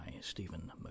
Stephen